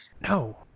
No